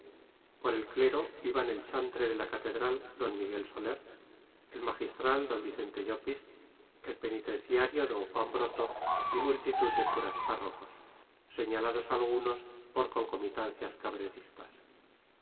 por el clero iban el chantre de la catedral don miguel soler el magistral d vicente llopis el penitenciario d juan broto y multitud de curas párrocos señalados algunos por concomitancias